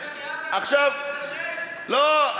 לא,